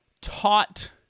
taught